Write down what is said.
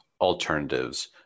alternatives